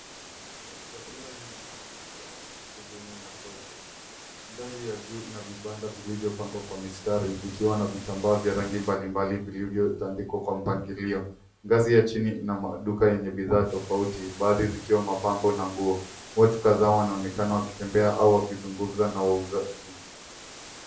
Taswira hii inaonyesha sehemu ya soko. Ngazi ya juu ina vibanda vlivyopangwa kwa mistari vikiwa na vitambaa vya rangi mbalimbali vilivyopangwa kwa mapangilio. Ngazi ya chini ina maduka yenye bidhaa tofauti baadhi zikiwa mapambo na nguo. Watu kadhaa wanaonekana wakitembea au wakizungumza na wauzaji.